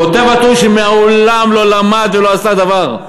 כותב הטור שמעולם לא למד ולא עשה דבר.